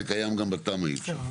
אה במבנה קיים גם בתמ"א אי אפשר.